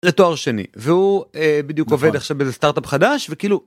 לתואר שני והוא בדיוק עובד עכשיו בסטארט-אפ חדש וכאילו.